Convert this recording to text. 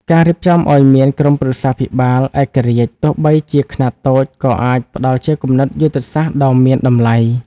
ការរៀបចំឱ្យមាន "ក្រុមប្រឹក្សាភិបាលឯករាជ្យ" ទោះបីជាខ្នាតតូច ក៏អាចផ្ដល់ជាគំនិតយុទ្ធសាស្ត្រដ៏មានតម្លៃ។